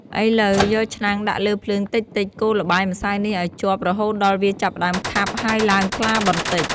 ឥឡូវ យកឆ្នាំងដាក់លើភ្លើងតិចៗ កូរល្បាយម្សៅនេះឱ្យជាប់ រហូតដល់វាចាប់ផ្ដើមខាប់ ហើយឡើងថ្លាបន្តិច។